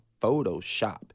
Photoshop